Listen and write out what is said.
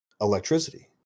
electricity